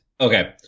Okay